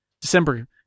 December